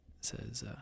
says